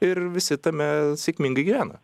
ir visi tame sėkmingai gyvena